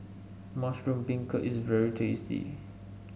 Mushroom Beancurd is very tasty